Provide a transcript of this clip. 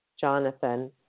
Jonathan